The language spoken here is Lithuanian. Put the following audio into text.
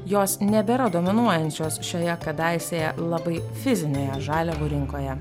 jos nebėra dominuojančios šioje kadaise labai fizinėje žaliavų rinkoje